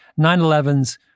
911s